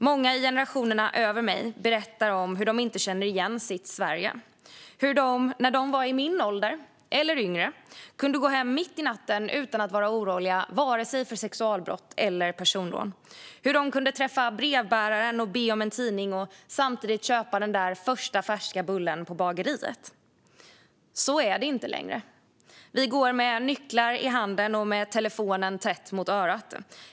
Många i generationerna över mig berättar om hur de inte känner igen sitt Sverige, hur de när de var i min ålder eller yngre kunde gå hem mitt i natten utan att vara oroliga för vare sig sexualbrott eller personrån, hur de kunde träffa brevbäraren och be om en tidning och samtidigt köpa den första färska bullen på bageriet. Så är det inte längre. Vi går med nycklar i handen och med telefonen tätt mot örat.